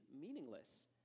meaningless